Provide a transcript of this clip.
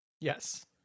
Yes